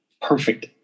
perfect